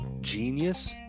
genius